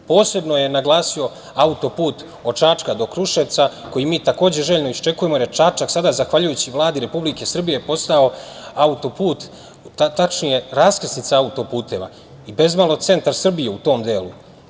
Posebno je naglasio auto-put od Čačka do Kruševca koji mi takođe željno iščekujemo jer je Čačak sada zahvaljujući Vladi Republike Srbije postao auto-put tačnije raskrsnica auto-puteva i bez malo centar Srbije u tom delu.